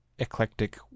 eclectic